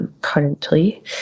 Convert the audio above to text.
Currently